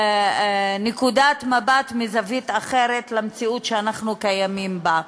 נקודת מבט מזווית אחרת למציאות שאנחנו קיימים בה.